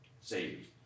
saved